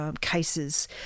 cases